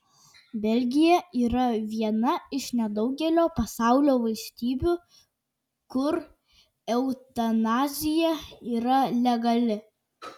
belgija yra viena iš nedaugelio pasaulio valstybių kur eutanazija yra legali